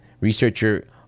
researcher